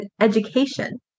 education